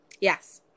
yes